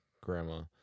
grandma